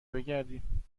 برگردیم